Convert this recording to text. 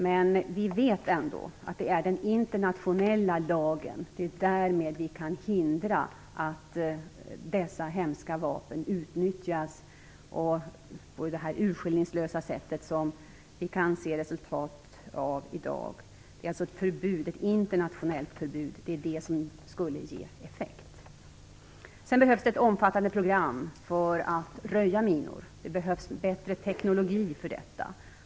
Men vi vet ändå att det är med den internationella lagen vi kan hindra att dessa hemska vapen utnyttjas på det urskillningslösa sätt av vilket vi kan se resultatet i dag. Det som skulle ge effekt är alltså ett internationellt förbud. Det behövs också ett omfattande program för att röja minor, och det behövs bättre teknologi för detta.